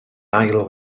ail